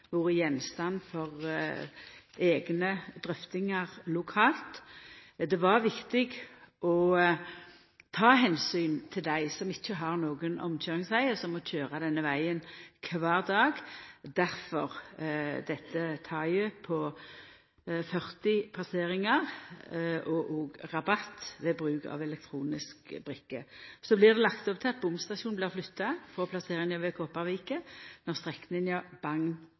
vore gjenstand for eigne drøftingar lokalt. Det var viktig å ta omsyn til dei som ikkje har nokon omkøyringsvegar, som må køyra denne vegen kvar dag – difor dette taket på 40 passeringar og rabatt ved bruk av elektronisk brikke. Så blir det lagt opp til at bomstasjonen blir flytta frå plasseringa ved Kopervik når strekninga